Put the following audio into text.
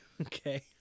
Okay